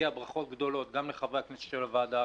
מגיעות ברכות גדולות גם לחברי הכנסת של הוועדה,